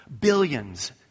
billions